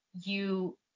you-